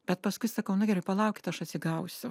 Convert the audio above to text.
bet paskui sakau nu gerai palaukit aš atsigausiu